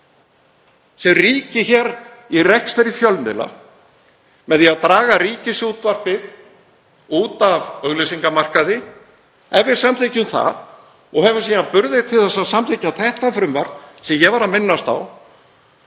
sem ríki hér í rekstri fjölmiðla, með því að draga Ríkisútvarpið út af auglýsingamarkaði, og höfum síðan burði til að samþykkja þetta frumvarp sem ég var að minnast á